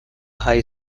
high